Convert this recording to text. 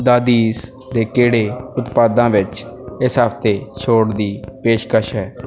ਦਾਦੀਸ ਦੇ ਕਿਹੜੇ ਉਤਪਾਦਾਂ ਵਿੱਚ ਇਸ ਹਫ਼ਤੇ ਛੋਟ ਦੀ ਪੇਸ਼ਕਸ਼ ਹੈ